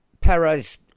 Perez